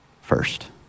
first